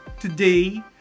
Today